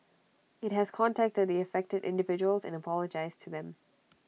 IT has contacted the affected individuals and apologised to them